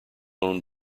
owned